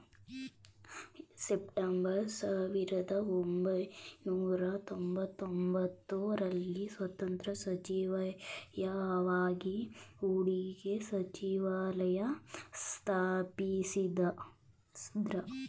December ಸಾವಿರದಒಂಬೈನೂರ ತೊಂಬತ್ತಒಂಬತ್ತು ರಲ್ಲಿ ಸ್ವತಂತ್ರ ಸಚಿವಾಲಯವಾಗಿ ಹೂಡಿಕೆ ಸಚಿವಾಲಯ ಸ್ಥಾಪಿಸಿದ್ದ್ರು